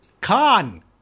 Khan